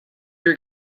your